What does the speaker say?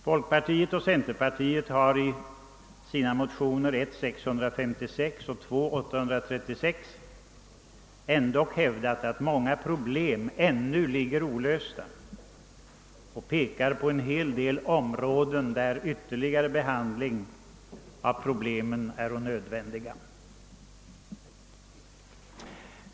Folkpartiet och centerpartiet har i sina motioner I:656 och II: 836 ändock hävdat att många problem ännu kvarstår olösta och att på en hel del områden ytterligare behandling av problemen är nödvändig.